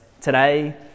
today